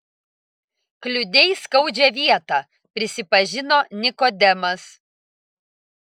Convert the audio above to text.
kliudei skaudžią vietą prisipažino nikodemas